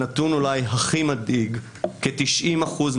נקודה אחרונה,